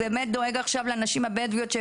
הוא דואג עכשיו לנשים הבדואיות.